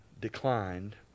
declined